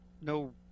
no